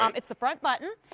um it's the front button,